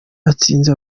atsinze